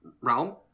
realm